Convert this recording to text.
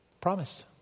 promise